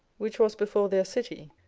which was before their city,